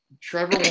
Trevor